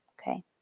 okay